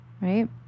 right